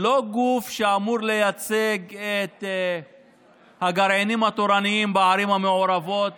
זה לא גוף שאמור לייצג את הגרעינים התורניים בערים המעורבות